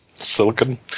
Silicon